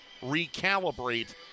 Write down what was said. recalibrate